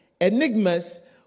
enigmas